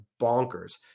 bonkers